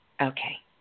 Okay